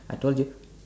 I told you